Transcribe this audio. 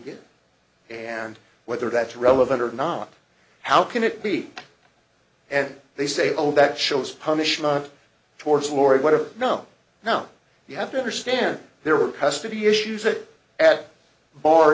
get and whether that's relevant or not how can it be and they say oh that shows punishment towards lord what a no no you have to understand there are custody issues that